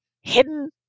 hidden